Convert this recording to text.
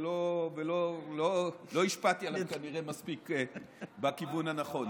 ולא השפעתי עליו כנראה מספיק בכיוון הנכון.